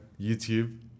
YouTube